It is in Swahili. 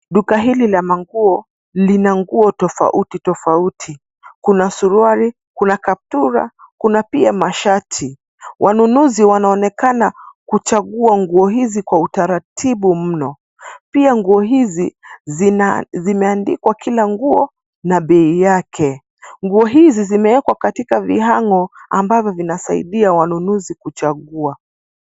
Duka hili la manguo lina nguo tofauti tofauti. Kuna suruali , kuna kaptura, kuna pia mashati . Wanunuzi wanaonekana kuchagua nguo hizi kwa utaratibu mno. Pia nguo hizi zimeandikwa kila nguo na bei yake. Nguo hizi zimewekwa katika vihang'o ambavyo vinasaidia wanunuzi kuchagua .